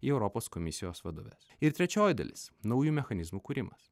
į europos komisijos vadoves ir trečioji dalis naujų mechanizmų kūrimas